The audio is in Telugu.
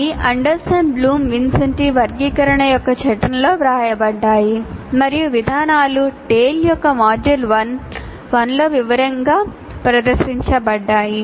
అవి అండర్సన్ బ్లూమ్ విన్సెంటి వర్గీకరణ యొక్క చట్రంలో వ్రాయబడ్డాయి మరియు విధానాలు TALE యొక్క మాడ్యూల్ 1 లో వివరంగా ప్రదర్శించబడ్డాయి